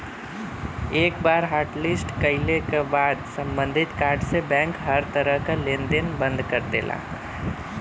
एक बार हॉटलिस्ट कइले क बाद सम्बंधित कार्ड से बैंक हर तरह क लेन देन बंद कर देला